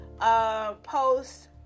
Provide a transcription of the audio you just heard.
Post